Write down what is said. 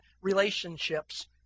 relationships